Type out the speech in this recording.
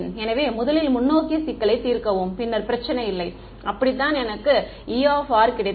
எனவே முதலில் முன்னோக்கிய சிக்கலை தீர்க்கவும் பின்னர் பிரச்சனை இல்லை அப்படித்தான் எனக்கு E கிடைத்தது